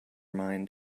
mind